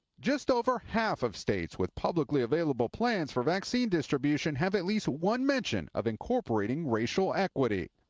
just over half of states with publicly available plans for vaccine distribution have at least one mention of incorporating racial equity.